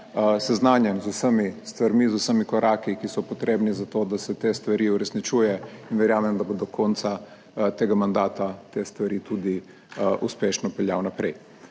seznanjen z vsemi stvarmi, z vsemi koraki, ki so potrebni za to, da se te stvari uresničuje in verjamem, da bo do konca tega mandata te stvari tudi uspešno peljal naprej.